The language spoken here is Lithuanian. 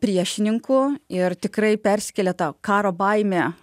priešininku ir tikrai persikėlė ta karo baimė